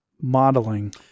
modeling